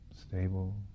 stable